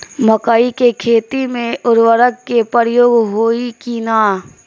मकई के खेती में उर्वरक के प्रयोग होई की ना?